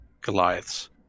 goliaths